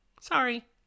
Sorry